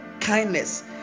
kindness